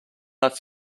not